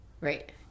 Right